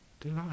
delight